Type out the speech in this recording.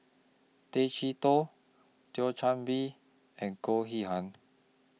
Tay Chee Toh Thio Chan Bee and Goh Yihan